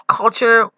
culture